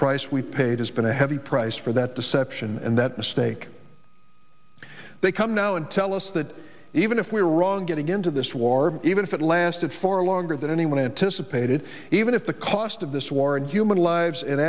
price we paid has been a heavy price for that deception and that mistake they come now and tell us that even if we were wrong getting into this war even if it lasted for longer than anyone anticipated even if the cost of this war and human lives and